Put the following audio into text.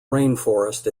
rainforest